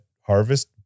Harvest